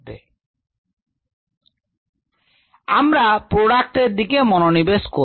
এখন আমরা প্রোডাক্ট এর দিকে মনোনিবেশ করব